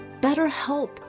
BetterHelp